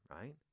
right